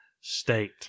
State